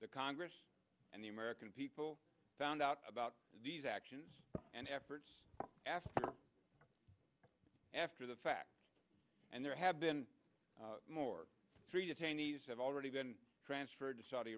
the congress and the american people found out about these actions and efforts asked after the fact and there have been more three detainees have already been transferred to saudi